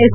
S